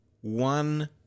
one